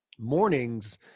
mornings